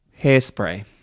Hairspray